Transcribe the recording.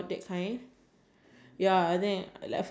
in traditional uh ya instruments